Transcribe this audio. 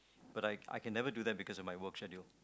but I I can never do that because of my work schedule